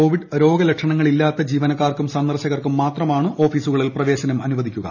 Covid രോഗ ലക്ഷണങ്ങളില്ലാത്ത ജീവനക്കാർക്കും സന്ദർശകർക്കും മാത്രമാണ് ഓഫീസുകളിൽ പ്രവേശനം അനുവദിക്കുക